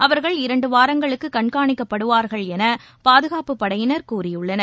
அவரகள் இரண்டுவாரங்களுக்குகண்காணிக்கப்படுவார்கள் எனபாதுகாப்புப்படையினர் கூறியுள்ளனர்